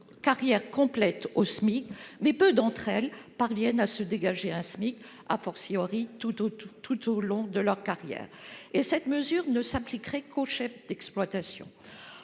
carrière complète au SMIC, mais peu de ces femmes parviennent à se dégager un SMIC, tout au long de leur carrière. Cette mesure ne s'appliquerait en outre qu'aux chefs d'exploitation.